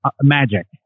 magic